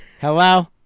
Hello